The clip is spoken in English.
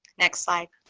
next slide.